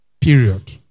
period